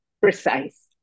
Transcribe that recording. precise